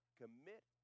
commit